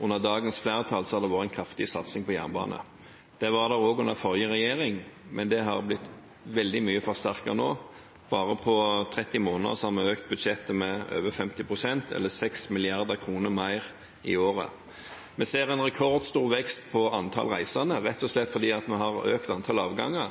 Under dagens flertall har det vært en kraftig satsing på jernbane. Det var det også under den forrige regjering, men det har blitt veldig mye forsterket nå. På bare 30 måneder har vi økt budsjettet med over 50 pst., eller 6 mrd. kr mer i året. Vi ser en rekordstor vekst i antall reisende, rett og slett fordi vi har økt antall avganger,